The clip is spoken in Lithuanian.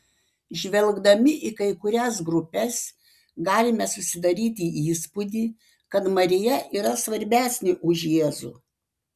žvelgdami į kai kurias grupes galime susidaryti įspūdį kad marija yra svarbesnė už jėzų